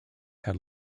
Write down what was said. had